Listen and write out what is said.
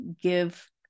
give